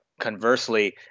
conversely